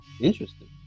Interesting